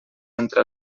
entre